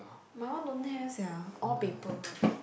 mine one don't have sia all paper one